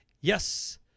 yes